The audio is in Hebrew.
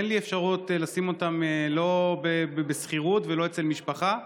אין לי אפשרות לשים אותם לא בשכירות ולא אצל משפחה,